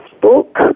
book